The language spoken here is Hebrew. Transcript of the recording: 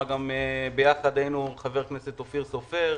היינו ביחד עם חבר הכנסת אופיר סופר,